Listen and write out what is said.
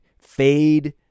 fade